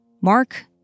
Mark